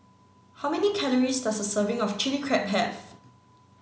how many calories does a serving of chilli Crab have